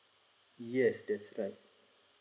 yes that's right